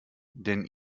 denn